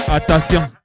Attention